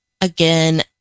Again